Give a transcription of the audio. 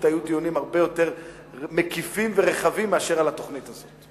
היו דיונים הרבה יותר מקיפים ורחבים מאשר על התוכנית הזאת.